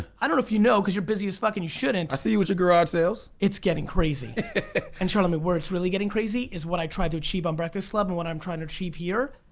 i don't know if you know cause you're busy as fuck and you shouldn't. i see you with your garage sales. it's getting crazy and charlamagne where it's really getting crazy is what i tried to achieve on breakfast club and what i'm trying to achieve here,